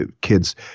kids